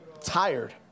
tired